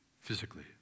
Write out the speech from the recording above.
physically